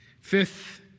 Fifth